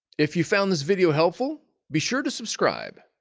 if you found this video helpful be sure to subscribe.